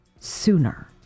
sooner